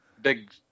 big